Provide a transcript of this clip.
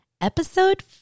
Episode